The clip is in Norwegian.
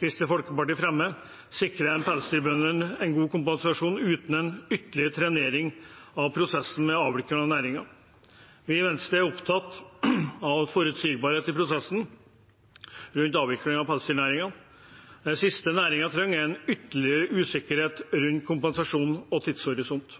Kristelig Folkeparti fremmer, sikrer pelsdyrbøndene en god kompensasjon uten en ytterligere trenering av prosessen med å avvikle næringen. Vi i Venstre er opptatt av forutsigbarhet i prosessen rundt avvikling av pelsdyrnæringen. Det siste næringen trenger, er ytterligere usikkerhet rundt kompensasjon og tidshorisont.